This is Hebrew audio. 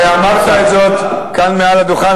חבר הכנסת טיבייב, הרי אמרת את זאת כאן מעל הדוכן.